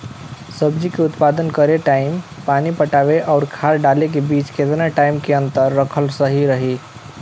सब्जी के उत्पादन करे टाइम पानी पटावे आउर खाद डाले के बीच केतना टाइम के अंतर रखल सही रही?